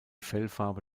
fellfarbe